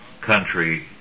country